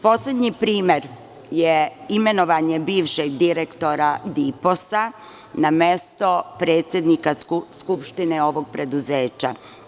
Poslednji primer je imenovanje bivšeg direktora … na mesto predsednika skupštine ovog preduzeća.